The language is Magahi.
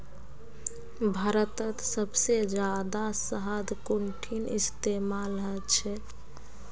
भारतत सबसे जादा शहद कुंठिन इस्तेमाल ह छे